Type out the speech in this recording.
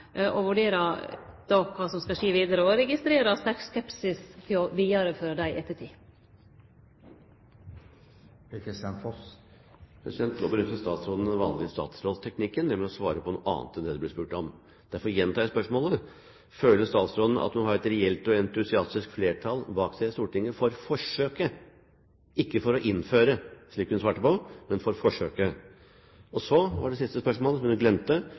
statsråden den vanlige statsrådsteknikken, nemlig å svare på noe annet enn det det ble spurt om. Derfor gjentar jeg spørsmålet: Føler statsråden at hun har et reelt og entusiastisk flertall bak seg i Stortinget for forsøket – ikke for å innføre, som hun svarte på, men for forsøket? Så var det siste spørsmål, som